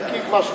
כן.